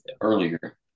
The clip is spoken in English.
earlier